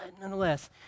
nonetheless